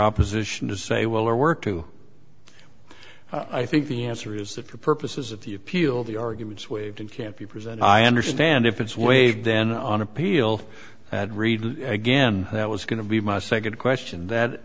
opposition to say well or work to i think the answer is that for purposes of the appeal the arguments waived and can't be present i understand if it's waived then on appeal had read again that was going to be my second question that